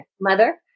mother